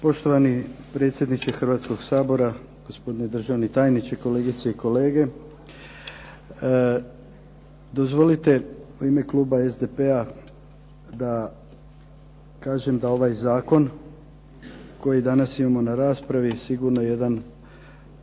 Poštovani predsjedniče Hrvatskoga sabora, gospodine državni tajniče, kolegice i kolege. Dozvolite u ime Kluba SDP-a da kažem da ovaj Zakon koji imamo danas na raspravi je sigurno jedan